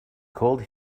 cold